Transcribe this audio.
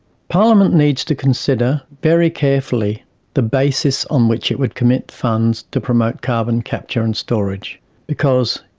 parliament needs to consider very carefully the basis on which it would commit funds to promote carbon capture and storage because,